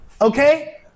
Okay